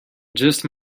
just